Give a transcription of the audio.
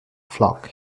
flock